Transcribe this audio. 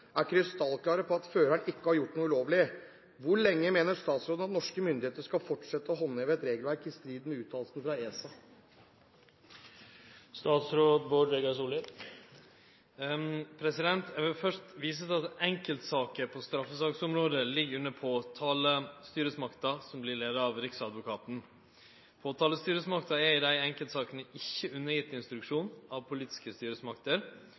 er krystallklare på at føreren ikke har gjort noe ulovlig. Hvor lenge mener statsråden at norske myndigheter skal fortsette å håndheve et regelverk i strid med uttalelsen fra ESA?» Eg vil først vise til at enkeltsaker på straffesaksområdet ligg under påtalestyresmakta, som vert leia av Riksadvokaten. Påtalestyresmakta er i desse enkeltsakene ikkje undergitt instruksjon av politiske styresmakter,